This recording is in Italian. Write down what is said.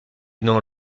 non